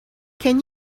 can